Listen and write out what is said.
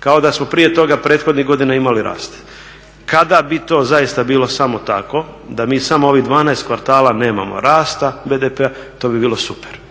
kao da smo prije toga prethodnih godina imali rast. Kada bi to zaista bilo samo tako da mi samo ovih 12 kvartala nemamo rasta BDP-a to bi bilo super.